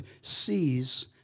sees